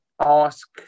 ask